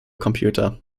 computer